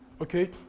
Okay